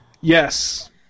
Yes